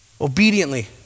Obediently